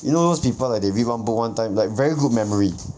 you those people like they read one book one time like very good memory